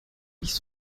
nicht